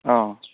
অঁ